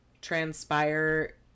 transpire